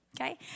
Okay